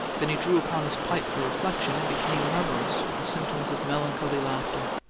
then drew upon his pipe for reflection, and became murmurous with the symptoms of melancholy laughter.